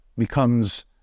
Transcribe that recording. becomes